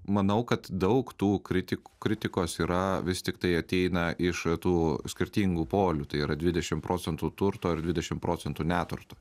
manau kad daug tų kritik kritikos yra vis tiktai ateina iš tų skirtingų polių tai yra dvidešim procentų turto ir dvidešim procentų neturto